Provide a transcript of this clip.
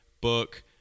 book